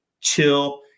chill